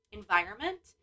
environment